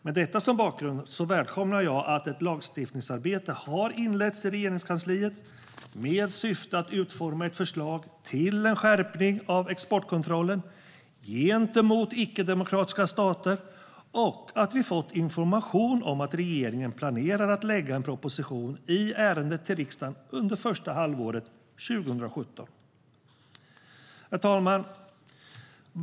Med detta som bakgrund välkomnar jag att ett lagstiftningsarbete har inletts i Regeringskansliet med syftet att utforma ett förslag till skärpning av exportkontrollen gentemot icke-demokratiska stater och att vi fått information om att regeringen planerar att lägga fram en proposition i ärendet i riksdagen under första halvåret 2017. Herr talman!